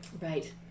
Right